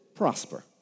Prosper